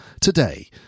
today